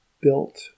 built